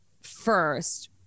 first